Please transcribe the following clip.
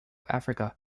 africa